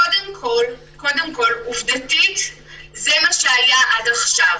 קודם כול עובדתית זה מה שהיה עד עכשיו.